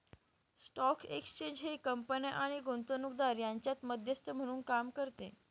stock exchange हे कंपन्या आणि गुंतवणूकदार यांच्यात मध्यस्थ म्हणून काम करते